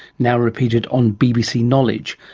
now repeated on bbc knowledge.